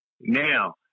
now